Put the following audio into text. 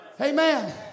Amen